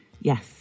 Yes